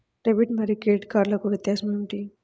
Debit మరియు credit కార్డ్లకు వ్యత్యాసమేమిటీ?